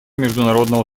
международного